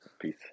Peace